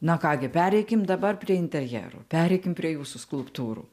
na ką gi pereikim dabar prie interjero pereikim prie jūsų skulptūrų